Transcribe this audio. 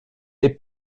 est